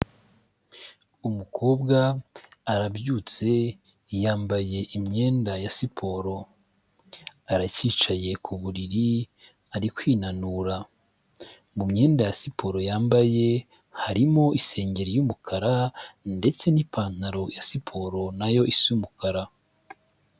Umukobwa arabyutse, yambaye imyenda ya siporo, aracyicaye ku buriri ari kwinanura, mu myenda ya siporo yambaye harimo isengeri y'umukara, ndetse n'ipantaro ya siporo na yo isa umukara.